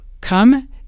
come